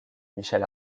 michel